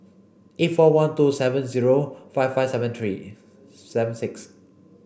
eight four one two seven zero five five seven three seven six